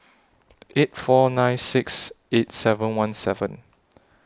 eight four nine six eight seven one seven